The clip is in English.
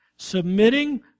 submitting